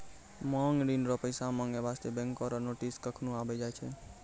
मांग ऋण रो पैसा माँगै बास्ते बैंको रो नोटिस कखनु आबि जाय छै